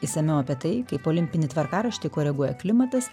išsamiau apie tai kaip olimpinį tvarkaraštį koreguoja klimatas